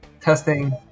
testing